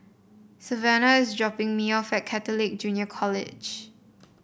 Savanah is dropping me off at Catholic Junior College